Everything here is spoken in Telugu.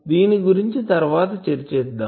దీని గురించి తర్వాత చర్చిద్దాం